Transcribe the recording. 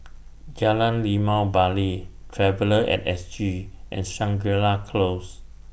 Jalan Limau Bali Traveller At S G and Shangri La Close